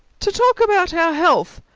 to talk about our health!